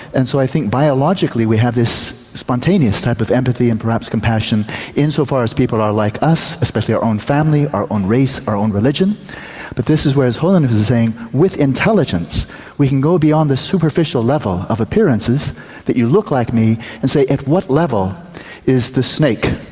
and so i think biologically we have this spontaneous type of empathy and perhaps compassion insofar as people are like us especially our own family, our own race, our own religion but this is where his holiness is saying that with intelligence we can go beyond the superficial level of appearances that you look like me and say at what level is the snake,